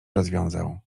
rozwiązał